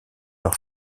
leur